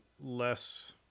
less